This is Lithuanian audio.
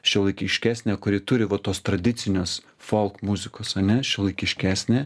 šiuolaikiškesnė kuri turi va tos tradicinios folk muzikos ane šiuolaikiškesnė